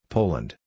Poland